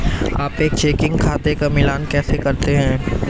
आप एक चेकिंग खाते का मिलान कैसे करते हैं?